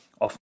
often